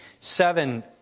seven